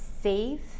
Save